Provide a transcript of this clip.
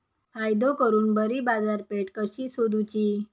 फायदो करून बरी बाजारपेठ कशी सोदुची?